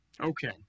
Okay